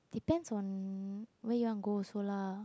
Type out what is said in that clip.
depends on where you want go also lah